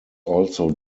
also